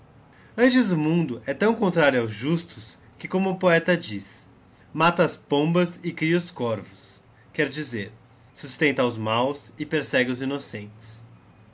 antes o mundo he tao contrario aosjustos que como o poeta diz mata as pombas e cria os corvos quer dizer sustenta aos máos e persegue os innocentes